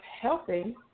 helping